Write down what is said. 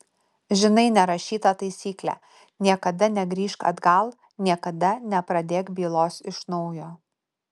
žinai nerašytą taisyklę niekada negrįžk atgal niekada nepradėk bylos iš naujo